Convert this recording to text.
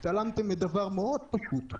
התעלמתם מדבר מאוד פשוט.